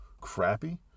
crappy